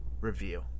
review